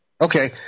Okay